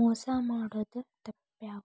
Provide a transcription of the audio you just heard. ಮೊಸಾ ಮಾಡೊದ್ ತಾಪ್ಪ್ಯಾವ